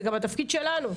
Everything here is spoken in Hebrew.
זה גם התפקיד שלנו.